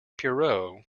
poirot